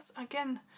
again